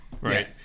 Right